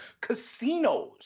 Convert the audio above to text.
casinos